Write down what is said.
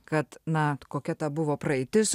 kad na kokia ta buvo praeitis